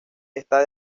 está